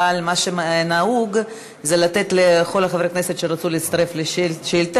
אבל מה שנהוג זה לתת לכל חברי הכנסת שרצו להצטרף לשאילתה,